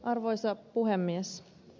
arvoisa puhemies